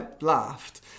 laughed